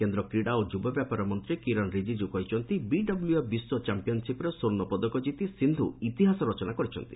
କେନ୍ଦ୍ର କ୍ରୀଡ଼ା ଓ ଯୁବ ବ୍ୟାପାର ମନ୍ତ୍ରୀ କିରନ୍ ରିଜିଜ୍ କହିଛନ୍ତି ବିଡବ୍ଲ୍ୟଏଫ୍ ବିଶ୍ୱ ଚମ୍ପିୟନ୍ସିପ୍ରେ ସ୍ୱର୍ଷ୍ଣ ପଦକ ଜିତି ସିକ୍ଷୁ ଇତିହାସ ରଚନା କରିଛନ୍ତି